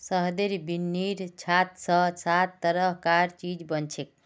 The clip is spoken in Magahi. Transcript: शहदेर बिन्नीर छात स सात तरह कार चीज बनछेक